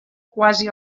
quasi